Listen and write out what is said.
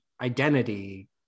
identity